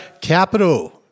Capital